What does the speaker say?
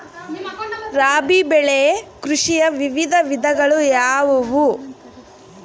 ರಾಬಿ ಬೆಳೆ ಕೃಷಿಯ ವಿವಿಧ ವಿಧಗಳು ಯಾವುವು?